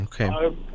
Okay